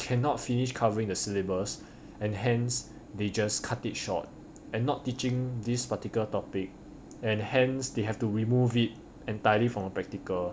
cannot finish covering the syllabus and hence they just cut it short and not teaching this particular topic and hence they have to remove it entirely from the practical